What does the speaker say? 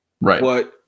Right